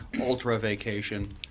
ultra-vacation